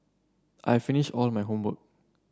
I've finished all my homework